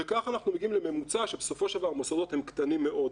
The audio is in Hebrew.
כך אנחנו מגיעים לממוצע שבסופו של דבר המוסדות קטנים מאוד.